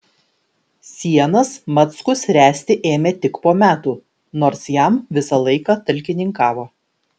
sienas mackus ręsti ėmė tik po metų nors jam visą laiką talkininkavo